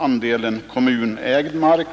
Andelen kommunägd mark